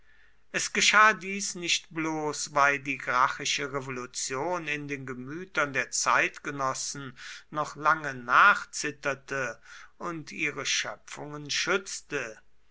es geschah dies nicht bloß weil die gracchische revolution in den gemütern der zeitgenossen noch lange nachzitterte und ihre schöpfungen schützte